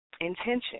Intention